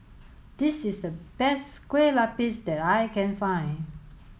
this is the best Kueh Lapis that I can find